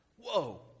Whoa